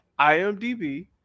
IMDb